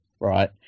right